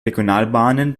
regionalbahnen